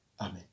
Amen